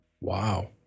Wow